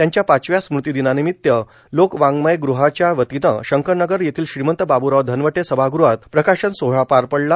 त्यांच्या पाचव्या स्मृतिदिनानिमित्त लोकवाङ्मय गृहाच्या वतीनं शंकरनगर येथील श्रीमंत बाबूराव धनवटे सभाग़हात प्रकाशन सोहळा पार पडला